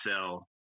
sell